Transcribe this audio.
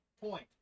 point